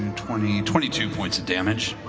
twenty twenty two points of damage.